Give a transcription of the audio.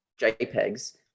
JPEGs